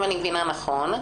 אם אני מבינה נכון,